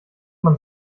man